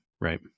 right